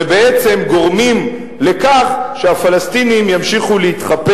ובעצם גורמים לכך שהפלסטינים ימשיכו להתחפר